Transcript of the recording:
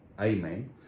amen